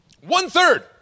One-third